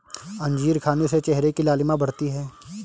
अंजीर खाने से चेहरे की लालिमा बढ़ती है